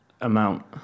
amount